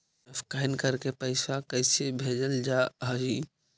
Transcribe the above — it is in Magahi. स्कैन करके पैसा कैसे भेजल जा हइ?